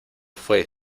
fué